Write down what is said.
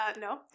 No